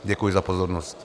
Děkuji za pozornost.